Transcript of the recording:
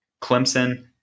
Clemson